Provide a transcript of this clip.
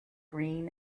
green